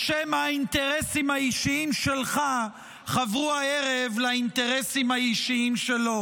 או שמא האינטרסים האישיים שלך חברו הערב לאינטרסים האישיים שלו?